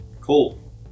Cool